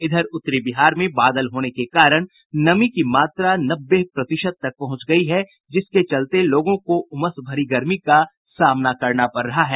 इधर उत्तरी बिहार में बादल होने के कारण नमी की मात्रा नब्बे प्रतिशत तक पहुंच गयी है जिसके कारण लोगों को उमस भरी गर्मी का सामना करना पड़ रहा है